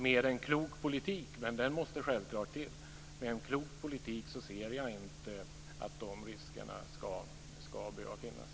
Med en klok politik, men den måste självfallet till, ser jag inte att de riskerna ska behöva finnas.